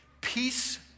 peace